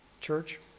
Church